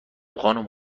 خانوم